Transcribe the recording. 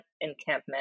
encampment